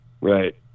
Right